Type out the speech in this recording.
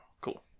cool